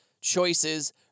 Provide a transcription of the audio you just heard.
choices